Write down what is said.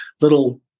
little